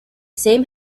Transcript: same